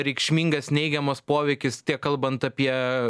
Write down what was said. reikšmingas neigiamas poveikis tiek kalbant apie